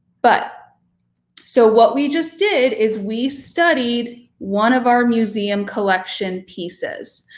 but so what we just did is we studied one of our museum collection pieces,